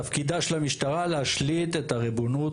תפקידה של המשטרה להשליט את הריבונות